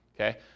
Okay